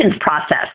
process